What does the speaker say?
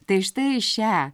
tai štai šią